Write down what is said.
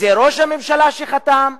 זה ראש הממשלה שחתם?